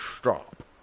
stop